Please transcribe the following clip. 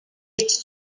its